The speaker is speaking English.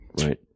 right